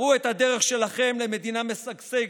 הראו את הדרך שלכם למדינה משגשגת,